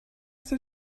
the